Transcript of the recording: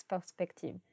perspective